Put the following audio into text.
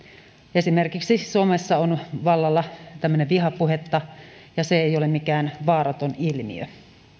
esimerkiksi suomessa on vallalla vihapuhe ja se ei ole mikään vaaraton ilmiö